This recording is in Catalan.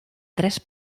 tres